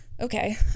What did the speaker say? okay